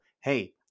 hey